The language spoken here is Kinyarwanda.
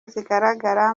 zizagaragara